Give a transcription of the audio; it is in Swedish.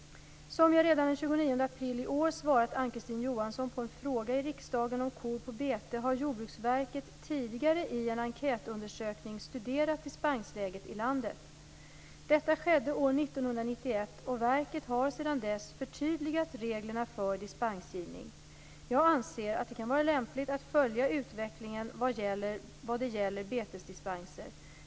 Som jag redan den 29 april i år svarat Ann Kristine Johansson på en fråga i riksdagen om kor på bete har Jordbruksverket tidigare i en enkätundersöknng studerat dispensläget i landet. Detta skedde år 1991, och verket har sedan dess förtydligat reglerna för dispensgivning. Jag anser att det kan vara lämpligt att följa utvecklingen vad det gäller betesdispenser.